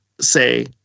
say